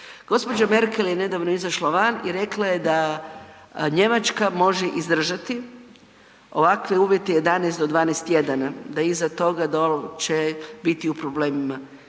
Gospođa Merkel je nedavno izašla van i rekla je da Njemačka može izdržati ovakve uvjete 11 do 12 tjedana, da iza toga će biti u problemima.